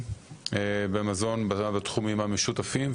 בעוסקים במזון, בתחומים המשותפים.